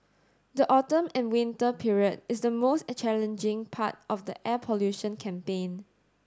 the autumn and winter period is the most challenging part of the air pollution campaign